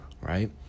right